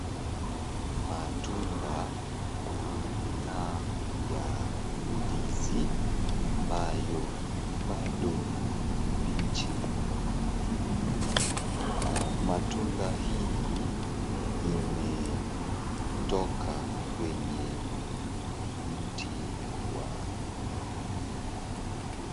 Matunda ya aina ya ndizi ambayo bado ni mbichi mno. Matunda hii imetoka kwenye mti wa ndizi.